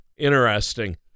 Interesting